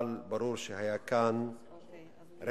אבל ברור שהיה כאן רצח,